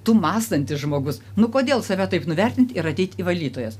tu mąstantis žmogus nu kodėl save taip nuvertint ir ateit į valytojas